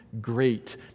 Great